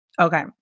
Okay